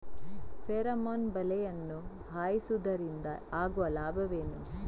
Pheromone ಬಲೆಯನ್ನು ಹಾಯಿಸುವುದರಿಂದ ಆಗುವ ಲಾಭವೇನು?